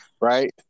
right